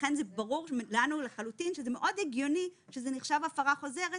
לכן ברור לנו לחלוטין שזה מאוד הגיוני שזה נחשב הפרה חוזרת.